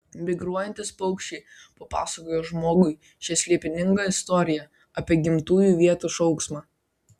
migruojantys paukščiai papasakojo žmogui šią slėpiningą istoriją apie gimtųjų vietų šauksmą